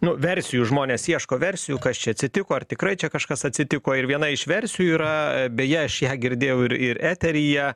nu versijų žmonės ieško versijų kas čia atsitiko ar tikrai čia kažkas atsitiko ir viena iš versijų yra beje aš ją girdėjau ir ir eteryje